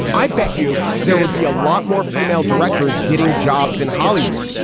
i bet you there would be a lot more female directors getting jobs in hollywood.